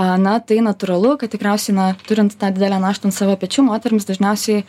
na tai natūralu kad tikriausiai na turint tą didelę naštą ant savo pečių moterims dažniausiai